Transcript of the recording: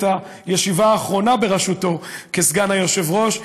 הישיבה האחרונה בראשותו כסגן היושב-ראש,